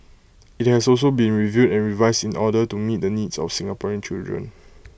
IT has also been reviewed and revised in order to meet the needs of Singaporean children